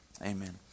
amen